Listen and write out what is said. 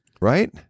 Right